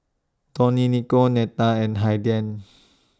Dionicio Netta and Haiden